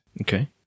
okay